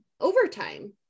overtime